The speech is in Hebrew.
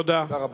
תודה רבה.